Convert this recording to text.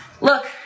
Look